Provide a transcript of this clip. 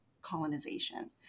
colonization